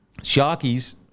Sharkies